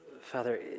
Father